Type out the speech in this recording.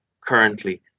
currently